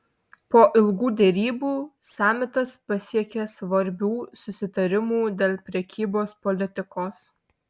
po ilgų derybų samitas pasiekė svarbių susitarimų dėl prekybos politikos